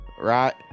right